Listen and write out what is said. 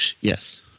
Yes